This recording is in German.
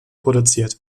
produziert